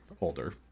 older